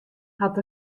hat